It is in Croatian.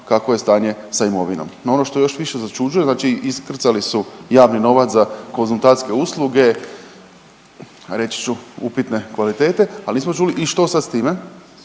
kakvo je stanje sa imovinom. No, ono što još više začuđuje, znači iskrcali su javni novac za konzultantske usluge reći ću upitne kvalitete, ali nismo čuli i što sad s time.